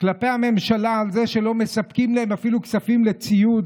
כלפי הממשלה על זה שלא מספקים להם אפילו כספים לציוד,